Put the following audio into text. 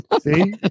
See